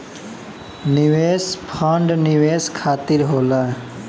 निवेश फंड निवेश खातिर होला